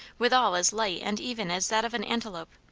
withal as light and even as that of an antelope.